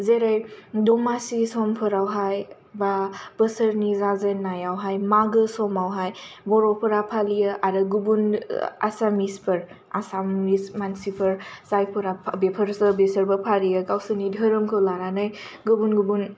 जेरै दमासि समफोरावहाय बा बोसोरनि जाजेननायावहाय मागो समावहाय बर'फोरा फालियो आरो गुबुन आसामिसफोर आसामिस मानसिफोर जायफोरा बेफोर बेसोरबो फालियो गावसोरनि धोरोमखौ लानानै गुबुन गुबुन